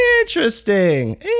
Interesting